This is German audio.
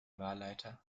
wahlleiter